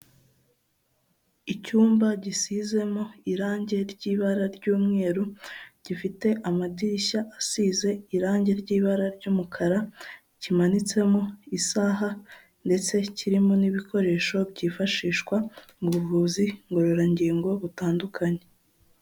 Icyumba gisizemo irange ry'ibara ry'umweru, gifite amadirishya asize irangi ry'ibara ry'umukara, kimanitsemo isaha ndetse kirimo n'ibikoresho byifashishwa mu buvuzi ngororangingo butandukanye.